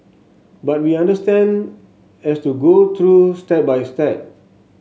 but we understand has to go through step by step